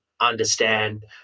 understand